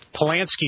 Polanski